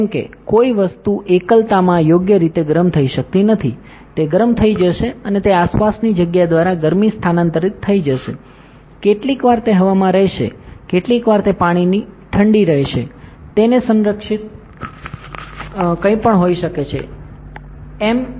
જેમ કે કોઈ વસ્તુ એકલતામાં યોગ્ય રીતે ગરમ થઈ શકતી નથી તે ગરમ થઈ જશે અને તે આસપાસની જગ્યા દ્વારા ગરમી સ્થાનાંતરિત થઈ જશે કેટલીકવાર તે હવામાં રહેશે કેટલીક વાર તે પાણીની ઠંડી રહેશે તેને સંરક્ષિત કંઈપણ હોઈ શકે છે એમ